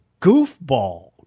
goofball